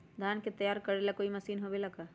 धान के तैयार करेला कोई मशीन होबेला का?